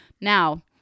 Now